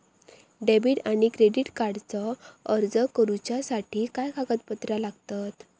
Debit आणि credit कार्डचो अर्ज करुच्यासाठी काय कागदपत्र लागतत?